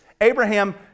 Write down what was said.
Abraham